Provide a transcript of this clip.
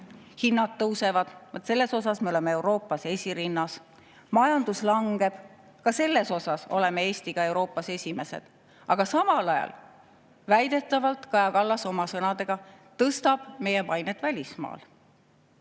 Hinnad tõusevad, vaat selles me oleme Euroopas esirinnas, majandus langeb, ka selles oleme Eestiga Euroopas esimesed. Aga samal ajal Kaja Kallas oma sõnadega väidetavalt tõstab meie mainet välismaal.